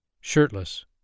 shirtless